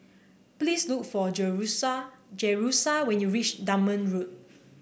please look for Jerusha Jerusha when you reach Dunman Road